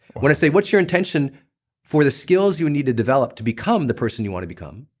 when i say, what's your intention for the skills you need to develop to become the person you want to become,